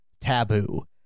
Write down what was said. taboo